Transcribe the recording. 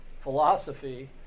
philosophy